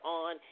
on